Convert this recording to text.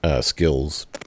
skills